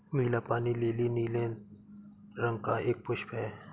नीला पानी लीली नीले रंग का एक पुष्प है